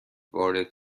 وارد